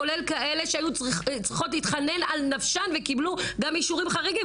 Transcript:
כולל כאלה שהיו צריכות להתחנן על נפשן וקבלו גם אישורים חריגים.